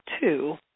two